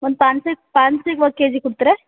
ಒಂದು ಪಾಂಚ್ಸೆ ಪಾಂಚ್ಸೆಗೆ ಒನ್ ಕೆ ಜಿ ಕೊಡ್ತಿರಾ